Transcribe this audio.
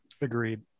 Agreed